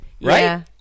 Right